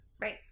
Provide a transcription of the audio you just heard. Right